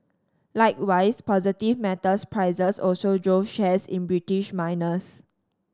likewise positive metals prices also drove shares in British miners